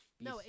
No